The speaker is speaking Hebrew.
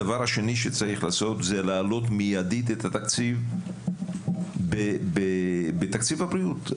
הדבר השני שצריך לעשות זה להעלות מידית את התקציב בתקציב הבריאות,